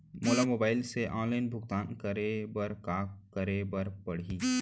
मोला मोबाइल से ऑनलाइन भुगतान करे बर का करे बर पड़ही?